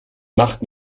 macht